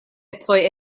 ecoj